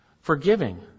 forgiving